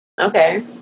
Okay